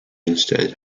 instead